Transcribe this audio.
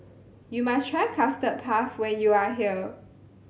you must try Custard Puff when you are here